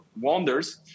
wanders